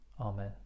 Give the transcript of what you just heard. Amen